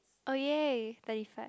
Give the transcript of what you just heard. oh ya thirty five